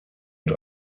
und